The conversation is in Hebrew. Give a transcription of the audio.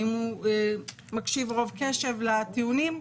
האם הוא מקשיב רוב קשב לטיעונים.